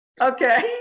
Okay